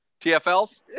TFLs